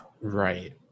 Right